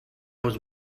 was